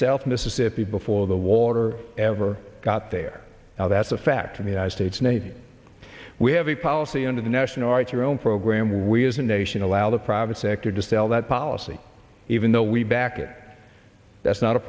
south mississippi before the war ever got there now that's a fact in the united states navy we have a policy under the national right your own program we as a nation allow the private sector to sell that policy even though we back that's not a